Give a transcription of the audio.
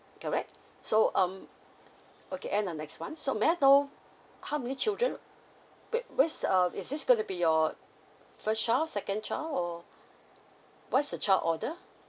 correct so um okay end of next month so may I know how many children where where's um is this gonna be your first child second child or what's the child order